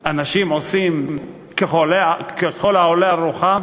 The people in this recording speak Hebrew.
אנשים עושים ככל העולה על רוחם?